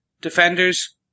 Defenders